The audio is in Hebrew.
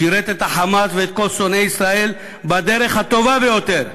שירת את ה"חמאס" ואת כל שונאי ישראל בדרך הטובה ביותר,